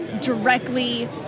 directly